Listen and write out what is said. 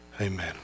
Amen